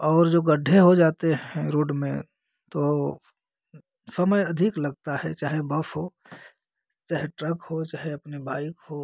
और जो गड्ढे हो जाते हैं रोड में तो समय अधिक लगता है चाहे बस हो चाहे ट्रक हो चाहे अपने बाइक़ हो